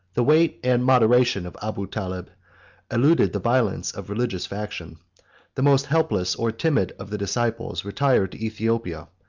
the weight and moderation of abu taleb eluded the violence of religious faction the most helpless or timid of the disciples retired to aethiopia,